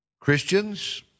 Christians